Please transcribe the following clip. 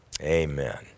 Amen